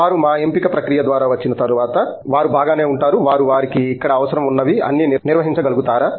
వారు మా ఎంపిక ప్రక్రియ ద్వారా వచ్చిన తర్వాత వారు బాగానే ఉంటారు వారు వారికి ఇక్కడ అవసరం ఉన్నవి అన్నీ నిర్వహించగలుగుతారా